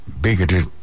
bigoted